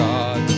God